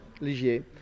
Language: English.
Ligier